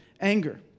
anger